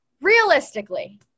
realistically